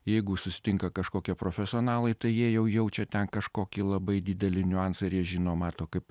jeigu susitinka kažkokie profesionalai tai jie jau jaučia ten kažkokį labai didelį niuansą ir jie žino mato kaip